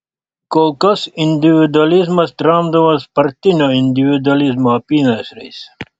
kol kas individualizmas tramdomas partinio individualizmo apynasriais